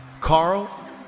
Carl